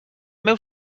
meu